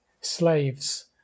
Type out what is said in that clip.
slaves